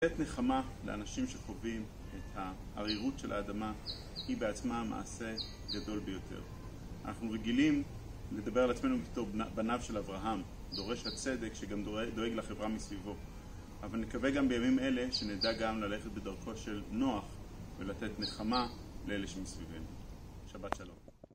לתת נחמה לאנשים שחווים את הערירות של האדמה היא בעצמה המעשה גדול ביותר. אנחנו רגילים לדבר על עצמנו כתוב בניו של אברהם, דורש הצדק שגם דואג לחברה מסביבו. אבל נקווה גם בימים אלה שנדע גם ללכת בדרכו של נוח ולתת נחמה לאלה שמסביבנו. שבת שלום.